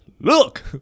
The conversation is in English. Look